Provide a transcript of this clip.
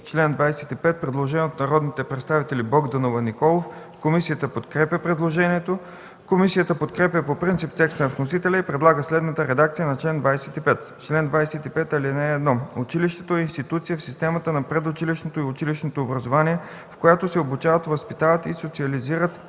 чл. 25 има предложение от народните представители Богданова и Николов. Комисията подкрепя предложението. Комисията подкрепя по принцип текста на вносителя и предлага следната редакция на чл. 25: „Чл. 25. (1) Училището е институция в системата на предучилищното и училищното образование, в което се обучават, възпитават и социализират ученици